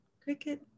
cricket